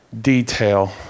detail